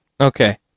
Okay